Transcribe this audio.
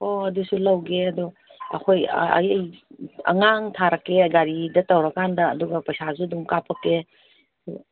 ꯑꯣ ꯑꯗꯨꯁꯨ ꯂꯧꯒꯦ ꯑꯗꯣ ꯑꯩꯈꯣꯏ ꯑꯉꯥꯡ ꯊꯥꯔꯛꯀꯦ ꯒꯥꯔꯤꯗ ꯇꯧꯔꯀꯥꯟꯗ ꯑꯗꯨꯒ ꯄꯩꯁꯥꯁꯨ ꯑꯗꯨꯝ ꯀꯥꯄꯛꯀꯦ